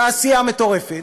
תעשייה מטורפת.